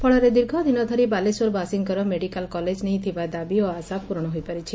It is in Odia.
ଫଳରେ ଦୀର୍ଘଦିନ ଧରି ବାଲେଶ୍ୱରବାସୀଙ୍କର ମେଡ଼ିକାଲ କଲେଜ ନେଇ ଥିବା ଦାବି ଓ ଆଶା ପୂରଣ ହୋଇପାରିଛି